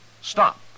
stop